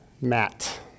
Matt